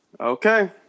Okay